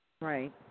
Right